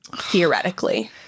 theoretically